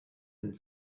den